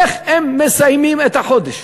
איך הם מסיימים את החודש?